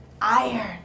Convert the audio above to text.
iron